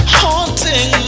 haunting